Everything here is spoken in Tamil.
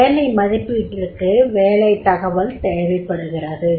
வேலை மதிப்பீட்டிற்கு வேலைத் தகவல் தேவைப்படுகிறது